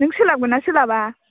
नों सोलाबगोन ना सोलाबा